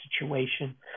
situation